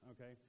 okay